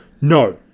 No